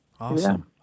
Awesome